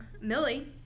Millie